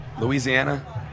Louisiana